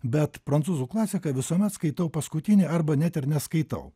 bet prancūzų klasiką visuomet skaitau paskutinį arba net ir neskaitau